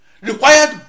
required